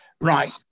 Right